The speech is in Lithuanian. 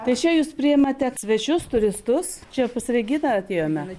tai čia jūs priimate svečius turistus čia pas reginą atėjome